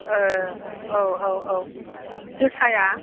ओ औ औ औ जोसाया